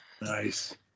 nice